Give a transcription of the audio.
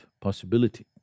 possibility